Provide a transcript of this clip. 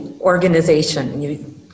organization